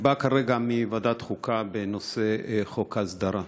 אני בא כרגע מישיבת ועדת חוקה בנושא חוק ההסדרה.